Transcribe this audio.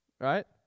right